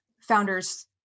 founders